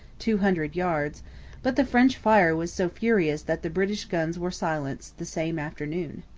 two hundred yards but the french fire was so furious that the british guns were silenced the same afternoon.